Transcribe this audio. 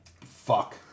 Fuck